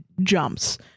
jumps